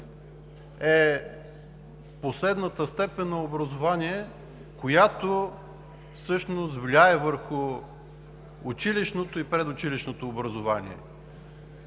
е последната степен на образование, която всъщност влияе върху училищното и предучилищното образование.